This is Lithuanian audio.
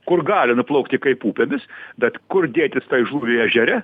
kur gali nuplaukti kaip upėmis bet kur dėtis tai žuviai ežere